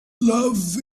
love